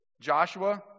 Joshua